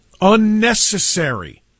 Unnecessary